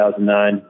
2009